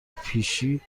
پیشی